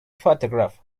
photograph